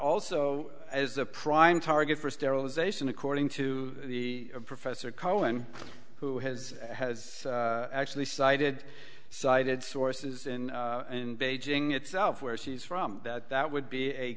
also as a prime target for sterilization according to the professor cohen who has has actually cited cited sources in beijing itself where she's from that that would